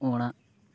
ᱚᱲᱟᱜ